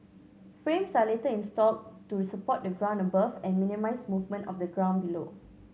frames are later installed to support the ground above and minimise movement of the ground below